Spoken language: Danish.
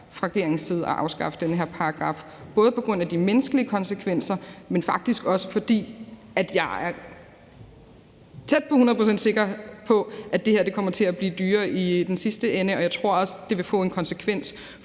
fra regeringens side at afskaffe den her paragraf, både på grund af de menneskelige konsekvenser, men faktisk også, fordi det her – er jeg tæt på hundrede procent sikker på – kommer til at blive dyrere i den sidste ende, og jeg tror også, det vil få en konsekvens